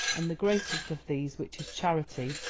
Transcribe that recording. and the greatest of these, which is charity,